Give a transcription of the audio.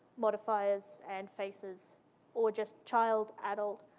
modifiers and faces or just child, adult,